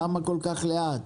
למה כל כך לאט?